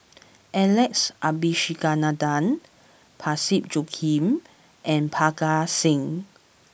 Alex Abisheganaden Parsick Joaquim and Parga Singh